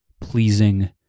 pleasing